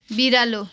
बिरालो